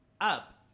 up